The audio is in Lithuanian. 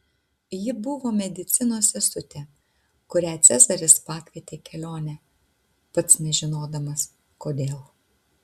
ji buvo medicinos sesutė kurią cezaris pakvietė į kelionę pats nežinodamas kodėl